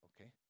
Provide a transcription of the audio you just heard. okay